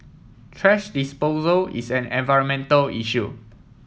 thrash disposal is an environmental issue